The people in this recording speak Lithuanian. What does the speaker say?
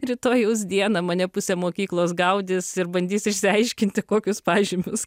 rytojaus dieną mane pusė mokyklos gaudys ir bandys išsiaiškinti kokius pažymius